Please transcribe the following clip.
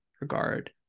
regard